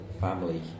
family